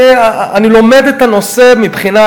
אני לומד את הנושא מבחינה,